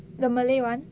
the malay [one]